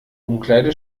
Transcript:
umkleide